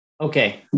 Okay